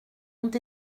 ont